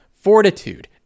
fortitude